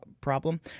problem